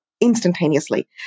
instantaneously